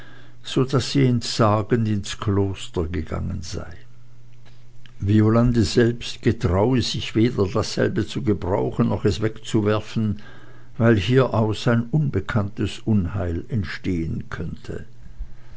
so daß sie entsagend ins kloster gegangen sei violande selbst getraue sich weder dasselbe zu gebrauchen noch es wegzuwerfen weil hieraus ein unbekanntes unheil entstehen könnte